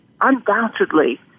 undoubtedly